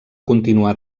continuar